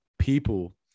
people